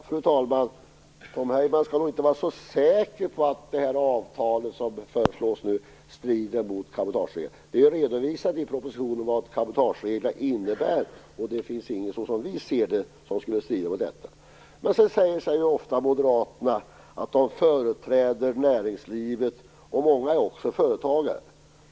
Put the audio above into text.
Fru talman! Tom Heyman skall nog inte vara så säker på att det avtal som nu föreslås strider mot cabotagereglerna. I propositionen redovisas vad cabotagereglerna innebär. Som vi ser det finns det inget som skulle strida mot dessa. Ofta säger Moderaterna att de företräder näringslivet. Många är också företagare.